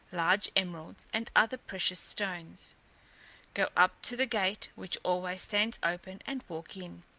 large emeralds, and other precious stones go up to the gate, which always stands open, and walk in.